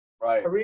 Right